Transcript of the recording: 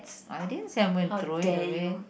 I didn't say I'm going to throw it away